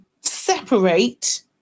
separate